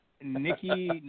Nikki